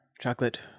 chocolate